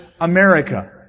America